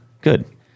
good